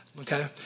okay